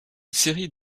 série